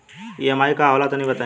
EMI का होला तनि बताई?